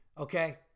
Okay